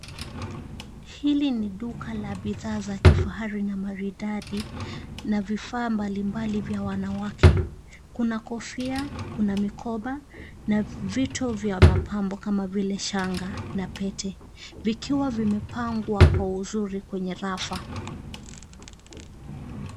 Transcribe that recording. Hili ni duka la bidhaa za kifahari na maridadi na vifaa mbalimbali vya wanawake. Kuna kofia, kuna mikoba na vitu vya mapambo kama vile shanga na pete vikiwa vimepangwa kwa uzuri kwenye rafu.